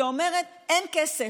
שאומרת: אין כסף.